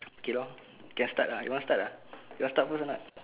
okay lor get start ah you want start uh you want start first or not